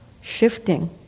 shifting